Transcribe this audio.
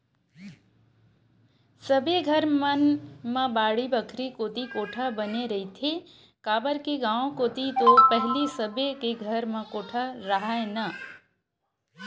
सबे घर मन म बाड़ी बखरी कोती कोठा बने रहिथे, काबर के गाँव कोती तो पहिली सबे के घर म कोठा राहय ना